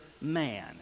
man